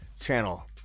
channel